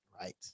Right